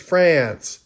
France